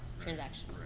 transaction